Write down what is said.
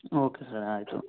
okay sir ಆಯಿತು